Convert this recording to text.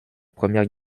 première